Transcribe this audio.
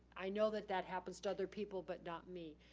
i know that that happens to other people but not me.